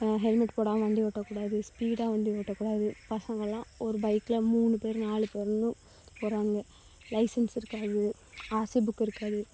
helmet போடாமல் வண்டி ஓட்ட கூடாது ஸ்பீடாக வண்டி ஓட்டக்கூடாது பசங்களாம் ஒரு பைக்கில் மூணு பேர் நாலு பேருன்னு போகறானுங்க லைசென்ஸ் இருக்காது ஆர்சி புக்கு இருக்காது